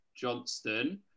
Johnston